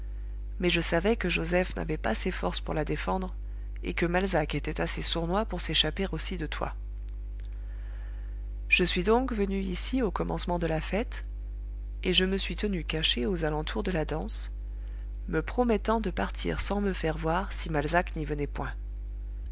mais je savais que joseph n'avait pas ses forces pour la défendre et que malzac était assez sournois pour s'échapper aussi de toi je suis donc venu ici au commencement de la fête et je me suis tenu caché aux alentours de la danse me promettant de partir sans me faire voir si malzac n'y venait point